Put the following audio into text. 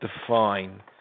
define